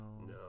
No